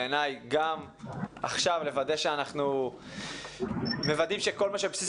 בעיניי גם לוודא שכל מה שבבסיס